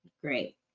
great